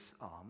arm